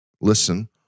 listen